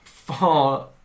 far